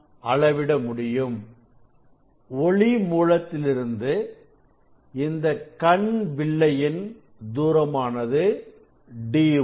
அளவிட வேண்டும் ஒளி மூலத்திலிருந்து இந்த கண் வில்லை ன் தூரமானது d1